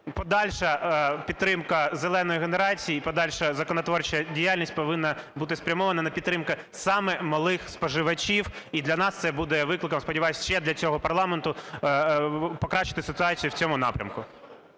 подальша підтримка "зеленої" генерації, і подальша законотворча діяльність повинна бути спрямована на підтримку саме малих споживачів. І для нас це буде викликом, сподіваюсь, ще для цього парламенту покращити ситуацію в цьому напрямку.